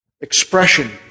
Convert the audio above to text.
expression